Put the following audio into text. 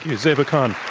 zeba khan.